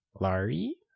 Lari